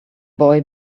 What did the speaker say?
boy